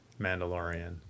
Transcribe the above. Mandalorian